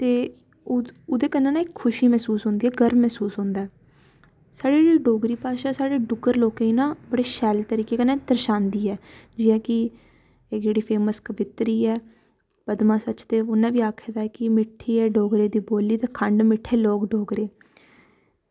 ते ओह्दे कन्नै ना खुशी महसूस होंदी गर्व महसूस होंदा साढ़ी डोगरी भाशा साढ़े डुग्गर लोकें दी ना बड़ी शैल तरीकै कन्नै दर्शांदी ऐ इ'यै कि एह् जेह्ड़ी फेमस कवित्री ऐ पद्मा सचदेव उन्ने बी आक्खै दा कि मिट्ठड़ी ऐ डोगरें दी बोली ते खंड मिट्ठे लोग डोगरे